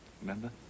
Remember